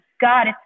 God